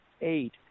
eight